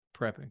Prepping